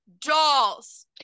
dolls